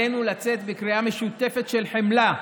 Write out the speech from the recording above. עלינו לצאת בקריאה משותפת של חמלה,